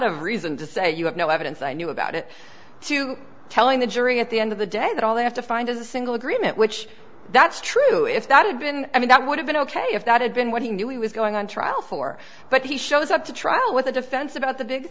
of reason to say you have no evidence i knew about it too telling the jury at the end of the day that all they have to find is a single agreement which that's true if that had been i mean that would have been ok if that had been what he knew he was going on trial for but he shows up to trial with the defense about the big